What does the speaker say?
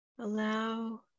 allow